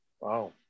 Wow